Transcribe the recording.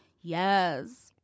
Yes